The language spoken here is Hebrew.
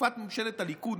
תקופת ממשלת הליכוד,